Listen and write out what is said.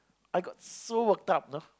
I got so worked up know